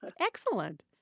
Excellent